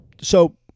So-